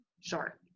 Sure